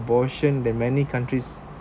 abortion that many countries